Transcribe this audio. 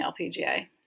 LPGA